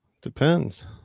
Depends